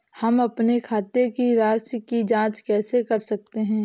हम अपने खाते की राशि की जाँच कैसे कर सकते हैं?